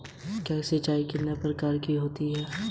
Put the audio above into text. क्या मेरे लिए जीवन बीमा पर विचार करने का समय आ गया है?